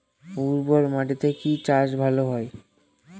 উর্বর মাটিতে কি চাষ ভালো হয়?